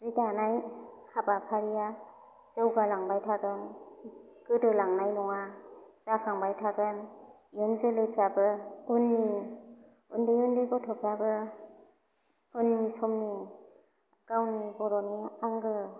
जि दानाय हाबाफारिया जौगालांबाय थागोन गोदोलांनाय नङा जाखांबाय थागोन इयुन जोलैफ्राबो उननि उन्दै उन्दै गथ'फ्राबो उननि समनि गावनि बर'नि आंगो